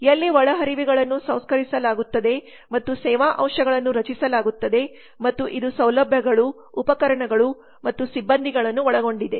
ಎಲ್ಲಿ ಒಳಹರಿವುಗಳನ್ನು ಸಂಸ್ಕರಿಸಲಾಗುತ್ತದೆ ಮತ್ತು ಸೇವಾ ಅಂಶಗಳನ್ನು ರಚಿಸಲಾಗುತ್ತದೆ ಮತ್ತು ಇದು ಸೌಲಭ್ಯಗಳು ಉಪಕರಣಗಳು ಮತ್ತು ಸಿಬ್ಬಂದಿಗಳನ್ನು ಒಳಗೊಂಡಿದೆ